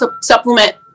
supplement